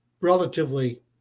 Relatively